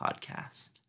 podcast